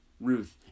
Ruth